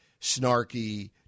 snarky